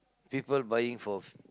people buying for